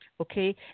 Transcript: Okay